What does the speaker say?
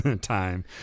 Time